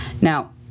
Now